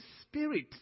spirit